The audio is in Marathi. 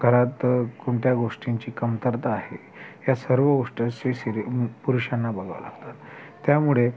घरात कोणत्या गोष्टींची कमतरता आहे ह्या सर्व गोष्टी सी सिरी पुरुषांना बघाव्या लागतात त्यामुळे